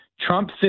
trump